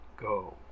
go